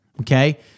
okay